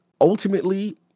ultimately